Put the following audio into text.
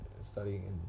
studying